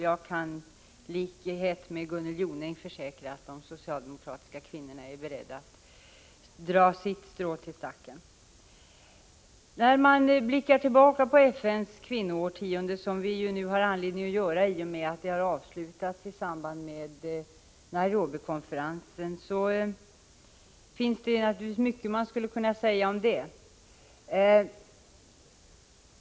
Jag kan på motsvarande sätt som Gunnel Jonäng försäkra att de socialdemokratiska kvinnorna är beredda att dra sitt strå till stacken. När man blickar tillbaka på FN:s kvinnoårtionde, som vi nu har anledning att göra i och med att det har avslutats i samband med Nairobikonferensen, finns det naturligtvis mycket som man skulle kunna säga om det.